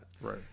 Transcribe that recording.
Right